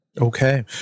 Okay